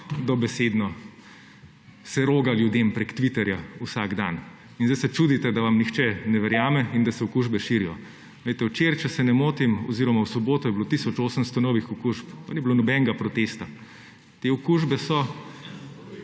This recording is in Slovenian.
dobesedno se roga ljudem prek Twitterja vsak dan. In sedaj se čudite, da vam nihče ne verjame in da se okužbe širijo. Poglejte, včeraj, če se ne motim, oziroma v soboto je bilo tisoč 800 novih okužb, pa ni bilo nobenega protesta. Te okužbe se